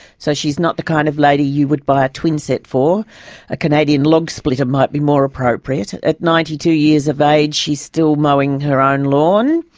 so she's not the kind of lady you would buy a twin-set for a canadian log-splitter might be more appropriate. at at ninety two years of age, she's still mowing her own lawn.